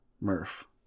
Murph